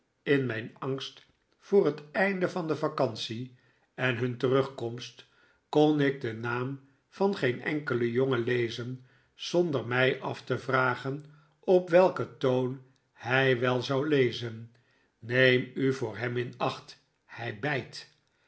in mijn angst voor het einde van de vacantie en hun terugkomst kon ik den naam van geen enkelen jongen lezen zonder mij af te vragen op welken toon hij wel zou lezen neem u voor hem in acht hij bijt